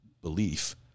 belief